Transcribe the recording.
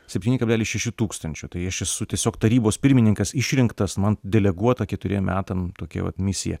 septyni kablelis šeši tūkstančio tai aš esu tiesiog tarybos pirmininkas išrinktas man deleguota keturiem metam tokia vat misija